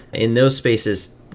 in those spaces,